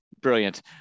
Brilliant